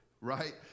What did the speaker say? right